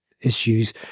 issues